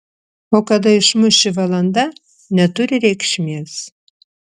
o kada išmuš ši valanda neturi reikšmės